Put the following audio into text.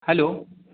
hello